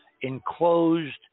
enclosed